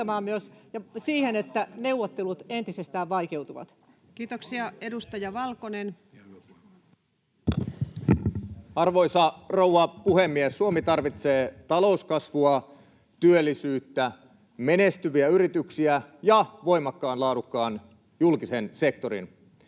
siihen, että neuvottelut entisestään vaikeutuvat? Kiitoksia. — Edustaja Valkonen. Arvoisa rouva puhemies! Suomi tarvitsee talouskasvua, työllisyyttä, menestyviä yrityksiä ja voimakkaan, laadukkaan julkisen sektorin.